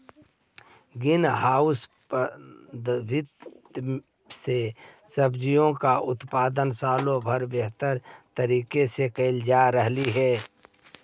green house पद्धति से सब्जियों का उत्पादन सालों भर बेहतर तरीके से करल जा रहलई हे